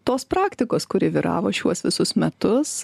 tos praktikos kuri vyravo šiuos visus metus